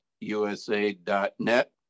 USA.net